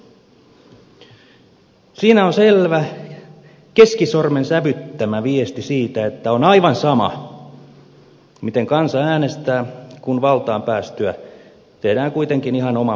siinä on selvä keskisormen sävyttämä viesti siitä että on aivan sama miten kansa äänestää kun valtaan päästyä tehdään kuitenkin ihan oman pään mukaan